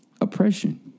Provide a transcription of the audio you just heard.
oppression